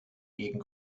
gegen